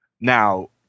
Now